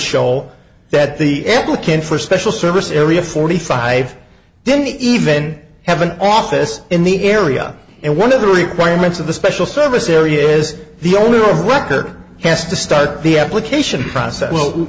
show that the applicant for special service area forty five didn't even have an office in the area and one of the requirements of the special service area is the only room worker has to start the application process well